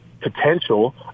potential